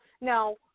Now